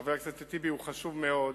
חבר הכנסת טיבי, הוא חשוב מאוד,